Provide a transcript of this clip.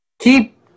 Keep